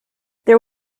there